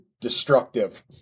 destructive